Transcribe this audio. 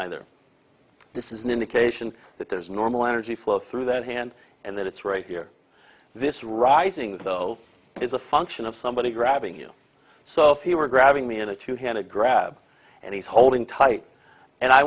either this is an indication that there's normal energy flow through that hand and that it's right here this rising though is a function of somebody grabbing you so if he were grabbing me in a two handed grab and he's holding tight and i